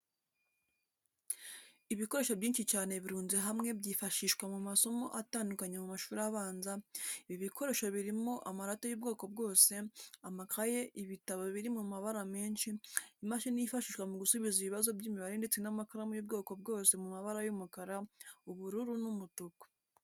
Ibikoresho byinshi cyane birunze hamwe byifashishwa mu masomo atandukanye mu mashuri abanza, ibi bikoreso birimo: amarati y'ubwoko bwose, amakayi, ibitabo biri mu mabara menshi, imashini yifashishwa mu gusubiza ibibazo by'imibare ndetse n'amakaramu y'ubwoko bwose mu mabara y'umukara, ubururu n'umutuku.